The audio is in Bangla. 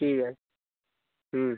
ঠিক আছে হুম